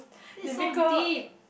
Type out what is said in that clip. this is so deep